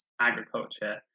agriculture